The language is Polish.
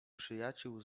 przyjaciół